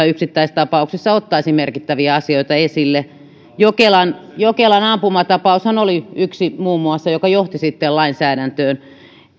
yksittäistapauksissa ottaisi merkittäviä asioita esille jokelan jokelan ampumatapaushan oli muun muassa yksi mikä johti sitten lainsäädäntöön